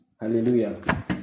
Hallelujah